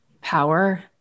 power